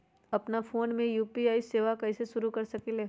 अपना फ़ोन मे यू.पी.आई सेवा कईसे शुरू कर सकीले?